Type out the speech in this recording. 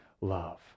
love